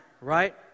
right